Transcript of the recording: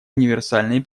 универсальной